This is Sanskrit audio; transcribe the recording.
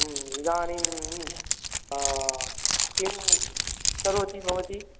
इदानीम् किं करोति भवती